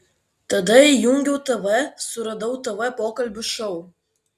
tada įjungiau tv suradau tv pokalbių šou